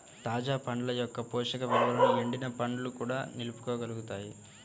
తాజా పండ్ల యొక్క పోషక విలువలను ఎండిన పండ్లు కూడా నిలుపుకోగలుగుతాయి